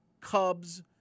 Cubs